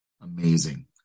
amazing